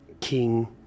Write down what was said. king